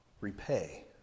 repay